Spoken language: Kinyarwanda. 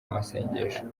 amasengesho